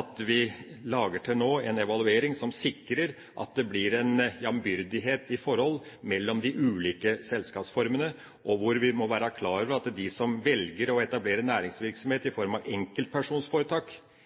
at vi nå lager en evaluering som sikrer at det blir en jevnbyrdighet i forholdet mellom de ulike selskapsformene, og hvor vi må være klar over at de som velger å etablere næringsvirksomhet i form av